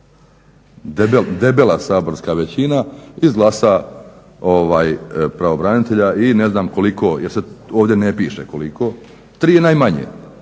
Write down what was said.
debela saborska većina izglasa pravobranitelja i ne znam koliko, jer ovdje ne piše koliko, tri najmanje,